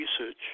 research